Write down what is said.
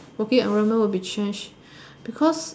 working environment will be changed because